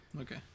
okay